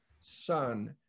Son